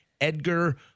Edgar